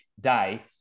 day